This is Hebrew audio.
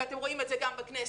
ואתם רואים את זה גם בכנסת.